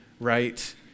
right